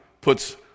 puts